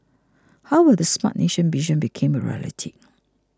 how will the Smart Nation vision become a reality